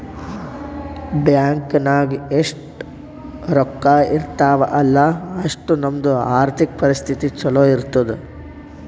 bank ನಾಗ್ ಎಷ್ಟ ರೊಕ್ಕಾ ಇರ್ತಾವ ಅಲ್ಲಾ ಅಷ್ಟು ನಮ್ದು ಆರ್ಥಿಕ್ ಪರಿಸ್ಥಿತಿ ಛಲೋ ಇರ್ತುದ್